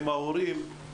עם ההורים,